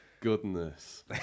goodness